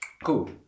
Cool